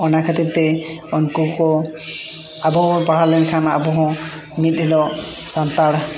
ᱚᱱᱟ ᱠᱷᱟᱹᱛᱤᱨ ᱛᱮᱜᱮ ᱩᱱᱠᱩ ᱠᱚ ᱟᱵᱚ ᱚᱞ ᱯᱟᱲᱦᱟᱣ ᱞᱮᱱᱠᱷᱟᱱ ᱢᱤᱫ ᱫᱤᱱ ᱦᱤᱞᱳᱜ ᱥᱟᱱᱛᱟᱲ